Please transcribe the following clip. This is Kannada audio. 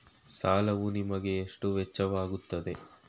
ಸಾಲವು ನಿಮಗೆ ಎಷ್ಟು ವೆಚ್ಚವಾಗುತ್ತದೆ?